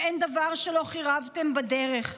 ואין דבר שלא חירבתם בדרך,